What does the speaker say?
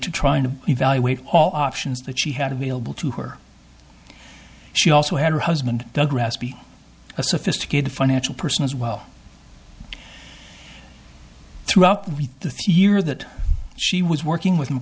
to try to evaluate all options that she had available to her she also had her husband a sophisticated financial person as well throughout the year that she was working with